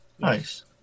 nice